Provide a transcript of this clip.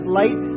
light